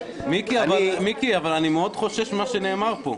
מיקי, אבל אני מאוד חושש ממה שנאמר פה.